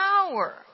power